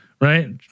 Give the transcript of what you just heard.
right